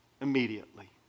immediately